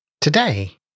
Today